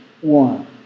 one